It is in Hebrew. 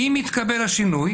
אם יתקבל השינוי,